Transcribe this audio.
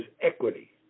equity